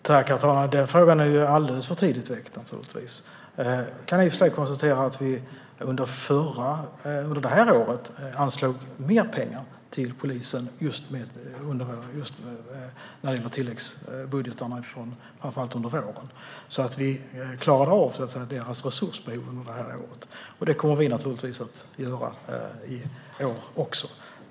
Herr talman! Den frågan är naturligtvis alldeles för tidigt väckt. Jag kan i och för sig konstatera att vi under det här året anslog mer pengar till polisen i tilläggsbudgetarna, framför allt under våren, så att vi klarade av deras resursbehov. Det kommer vi naturligtvis att göra i år också.